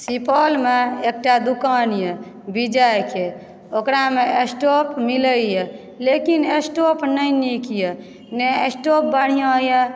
सुपौलमे एकटा दुकान यऽ विजयके ओकरामे स्टॉप मिलाइए लेकिन स्टॉप नहि नीक यऽ नहि स्टॉप बढ़िऑं यऽ